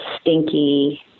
stinky